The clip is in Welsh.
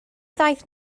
ddaeth